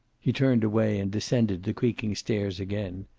he turned away and descended the creaking stairs again.